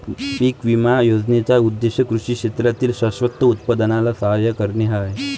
पीक विमा योजनेचा उद्देश कृषी क्षेत्रातील शाश्वत उत्पादनाला सहाय्य करणे हा आहे